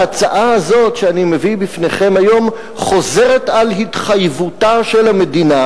ההצעה הזו שאני מביא בפניכם היום חוזרת על התחייבותה של המדינה,